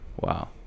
Wow